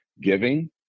giving